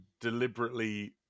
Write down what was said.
deliberately